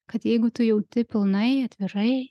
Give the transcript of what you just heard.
kad jeigu tu jauti pilnai atvirai